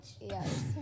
yes